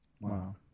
Wow